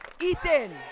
Ethan